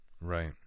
right